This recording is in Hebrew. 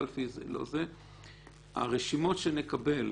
הרשימות שנקבל